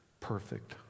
perfect